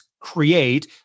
create